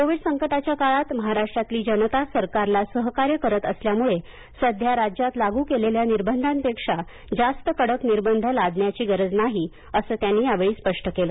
Covid संकटाच्या काळात महाराष्ट्रातली जनता सरकारला सहकार्य करत असल्यामुळे सध्या राज्यात लागू केलेल्या निर्बंधांपेक्षा जास्त कडक निर्बंध लादण्याची गरज नाही असं त्यांनी यावेळी स्पष्ट केल